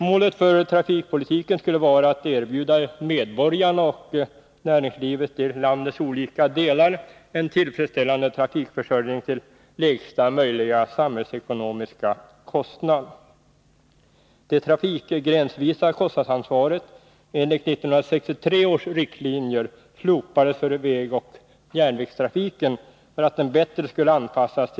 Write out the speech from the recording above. Målet för trafikpolitiken skulle vara att erbjuda medborgarna och näringslivet i landets olika delar en tillfredsställande trafikförsörjning till lägsta möjliga samhällsekonomiska kostnad.